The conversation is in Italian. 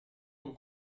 con